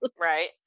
Right